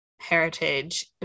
heritage